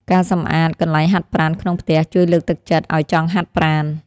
ការសម្អាតកន្លែងហាត់ប្រាណក្នុងផ្ទះ ជួយលើកទឹកចិត្តឱ្យចង់ហាត់ប្រាណ។